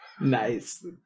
Nice